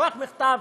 לשלוח מכתב.